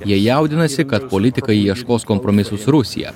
jie jaudinasi kad politikai ieškos kompromisų su rusija